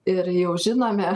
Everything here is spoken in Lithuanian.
ir jau žinome